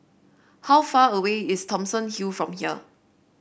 how far away is Thomson Hill from here